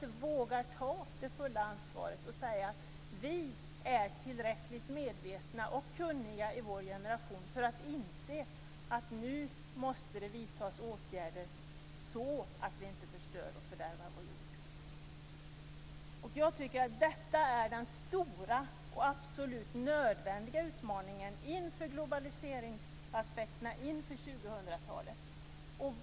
De vågar inte ta det fulla ansvaret och säga: Vi är tillräckligt medvetna och kunniga i vår generation för att inse att det nu måste vidtas åtgärder så att vi inte förstör och fördärvar vår jord. Detta är den största och absolut nödvändiga utmaningen inför globaliseringsaspekterna och inför 2000 talet.